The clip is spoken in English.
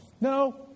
No